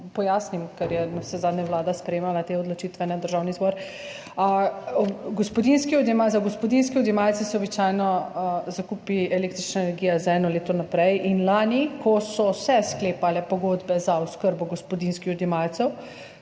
pojasnim, ker je navsezadnje Vlada sprejemala te odločitve, ne Državni zbor. Za gospodinjske odjemalce se običajno zakupi električno energijo za eno leto naprej. Lani, ko so se sklepale pogodbe za oskrbo gospodinjskih odjemalcev,